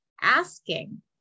asking